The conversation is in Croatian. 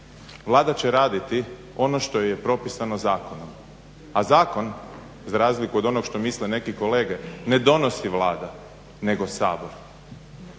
Vlada će raditi ono što joj je propisano zakonom, a zakon za razliku od onog što misle neki kolege ne donosi Vlada nego Sabor.